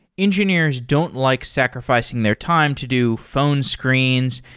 engineers don't like sacrifi cing their time to do phone screens,